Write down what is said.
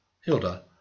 Hilda